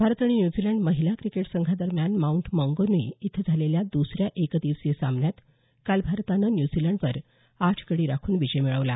भारत आणि न्यूझीलंड महिला क्रिकेट संघादरम्यान माऊंट मौंगान्ई इथं झालेल्या दुसऱ्या एकदिवसीय सामन्यात काल भारतानं न्यूझीलंडवर आठ गडी राखून विजय मिळवला